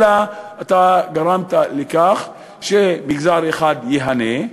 אלא גרמת לכך שמגזר אחד ייהנה,